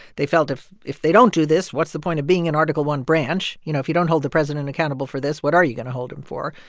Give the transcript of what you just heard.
they felt if if they don't do this, what's the point of being an article i branch? you know, if you don't hold the president accountable for this, what are you going to hold him for?